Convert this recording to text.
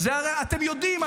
אתם יודעים,